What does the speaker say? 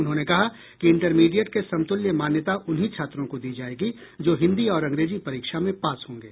उन्होंने कहा कि इंटरमीडिएट के समतुल्य मान्यता उन्हीं छात्रों को दी जायेगी जो हिंदी और अंग्रेजी परीक्षा में पास होंगे